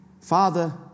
Father